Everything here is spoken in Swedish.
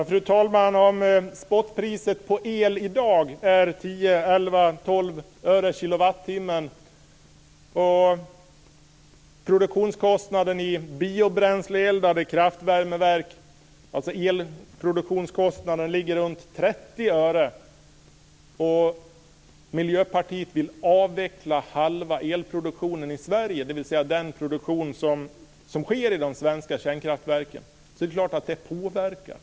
Fru talman! Om spotpriset på el i dag är 10, 11 eller 12 öre per kilowattimme och om produktionskostnaden i biobränsleeldade kraftvärmeverk, alltså elproduktionskostnaden, ligger runt 30 öre och Miljöpartiet vill avveckla halva elproduktionen i Sverige, dvs. den produktion som sker i de svenska kärnkraftverken, så är det klart att det påverkar.